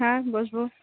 হ্যাঁ বসব